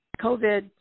COVID